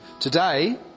Today